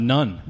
None